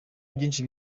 byinshi